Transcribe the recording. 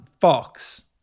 Fox